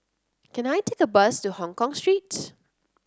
can I take a bus to Hongkong Street